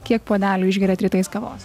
kiek puodelių išgeriat rytais kavos